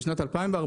בשנת 2014